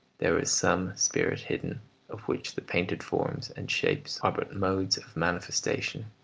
there is some spirit hidden of which the painted forms and shapes are but modes of manifestation,